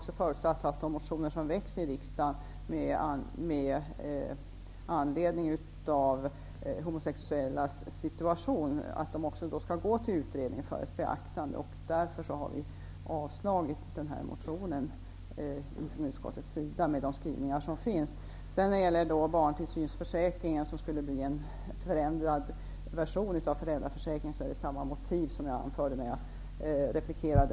Vi har förutsatt att de motioner som väcks i riksdagen med anledning av de homosexuellas situation går till utredningen för beaktande. Därför har vi i utskottet med de skrivningar som är gjorda avstyrkt motionen. Skälen till barntillsynsförsäkringen, som skulle bli en förändrad version av föräldraförsäkringen, är desamma som jag anförde när jag replikerade